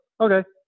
okay